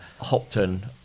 Hopton